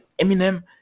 eminem